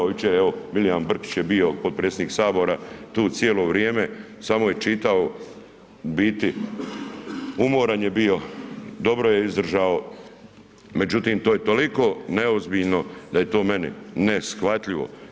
Jučer evo MIlijan Brkić je bio potpredsjednik Sabora tu cijelo vrijeme, samo je čitao u biti umoran je bio, dobro je izdržao, međutim to je toliko neozbiljno da je to meni neshvatljivo.